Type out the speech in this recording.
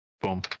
boom